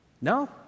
No